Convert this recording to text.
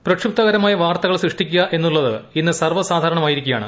പ്രക്ഷുബ്ദകരമായ വാർത്തകൾ സൃഷ്ടിക്കുക എന്നുള്ളത് ഇന്ന് സർവ്വ സാധാരണമായിരിക്കുകയാണ്